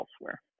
elsewhere